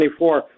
2024